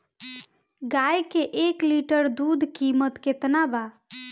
गाय के एक लीटर दूध कीमत केतना बा?